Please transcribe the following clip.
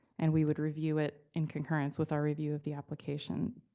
and we would review it in concurrence with our review of the application.